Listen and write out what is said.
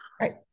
Right